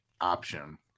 option